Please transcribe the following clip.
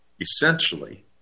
essentially